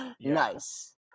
nice